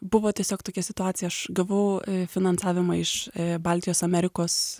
buvo tiesiog tokia situacija aš gavau finansavimą iš baltijos amerikos